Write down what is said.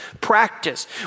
practice